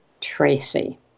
Tracy